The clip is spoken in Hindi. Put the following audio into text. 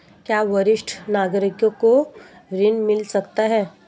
क्या वरिष्ठ नागरिकों को ऋण मिल सकता है?